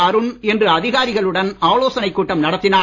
அருண் இன்று அதிகாரிகளுடன் ஆலோசனை கூட்டம் நடத்தினார்